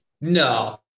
No